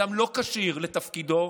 אדם לא כשיר לתפקידו,